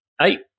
eight